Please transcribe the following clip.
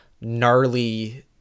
gnarly